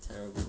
terrible